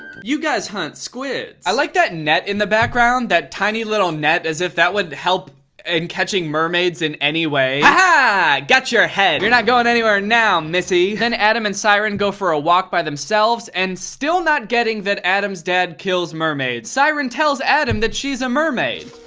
you guys hunt squids. i like that net in the background. that tiny little net, as if that would help in catching mermaids in any way. haha, got your head! you're not going anywhere now, missy! then adam and siren go for a walk by themselves, and still not getting that adam's dad kills mermaids, siren tells adam that she's a mermaid.